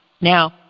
Now